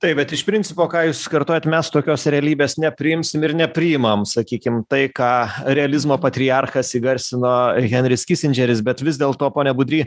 taip bet iš principo ką jūs kartojat mes tokios realybės nepriimsim ir nepriimam sakykim tai ką realizmo patriarchas įgarsino henris kisindžeris bet vis dėlto pone budry